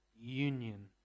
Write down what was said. union